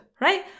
right